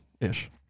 ish